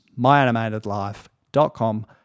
Myanimatedlife.com